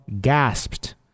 gasped